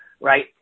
right